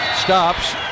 Stops